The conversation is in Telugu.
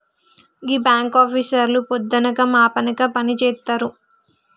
గీ బాంకాపీసర్లు పొద్దనక మాపనక పనిజేత్తరు